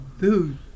Dude